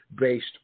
based